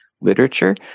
literature